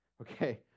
okay